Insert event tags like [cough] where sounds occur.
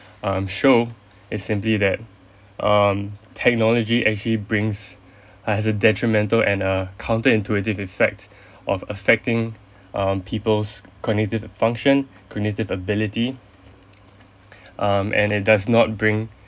um show is simply that um technology actually brings uh has a detrimental and a counter intuitive effect [breath] of affecting um people's cognitive function cognitive ability [noise] um and it does not bring